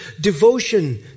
devotion